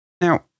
Now